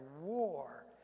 war